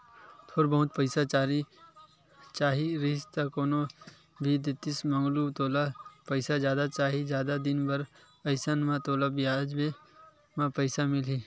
थोर बहुत पइसा चाही रहितिस कोनो भी देतिस मंगलू तोला पइसा जादा चाही, जादा दिन बर अइसन म तोला बियाजे म पइसा मिलही